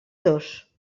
dos